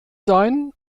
sein